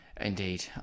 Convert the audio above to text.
Indeed